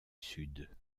sud